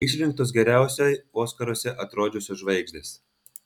išrinktos geriausiai oskaruose atrodžiusios žvaigždės